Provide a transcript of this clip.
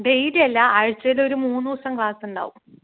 daily അല്ല ആഴ്ച്ചയിൽ ഒരു മൂന്നൂ ദിവസം ക്ലാസ് ഉണ്ടാവും